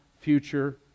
future